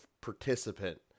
participant